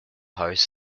house